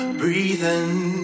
breathing